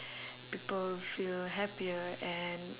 people feel happier and